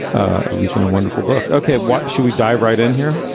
a recent a wonderful book. okay. what shall we dive right in here?